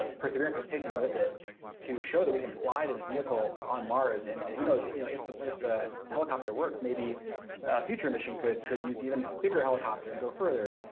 ah perseverance is taking with it to show that we can fly this vehicle on mars and and who knows you know if the if the helicopter works maybe a future mission could could use even bigger helicopter and go further.